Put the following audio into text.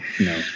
no